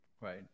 Right